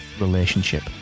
relationship